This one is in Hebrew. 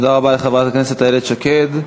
תודה רבה לחברת הכנסת איילת שקד.